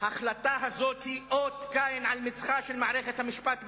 ההחלטה הזאת היא אות קין על מצחה של מערכת המשפט בישראל.